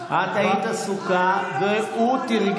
לא מבינה מה הוא אומר.